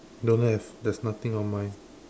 don't have there's nothing on mine